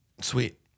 Sweet